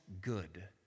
good